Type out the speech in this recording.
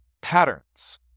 patterns